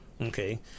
Okay